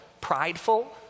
prideful